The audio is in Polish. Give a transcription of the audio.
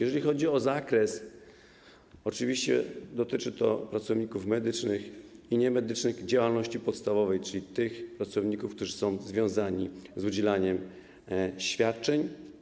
Jeżeli chodzi o zakres, to oczywiście dotyczy to pracowników medycznych i niemedycznych w działalności podstawowej, czyli tych pracowników, którzy są związani z udzielaniem świadczeń.